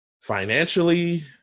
financially